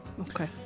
Okay